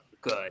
good